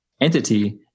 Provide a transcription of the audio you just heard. entity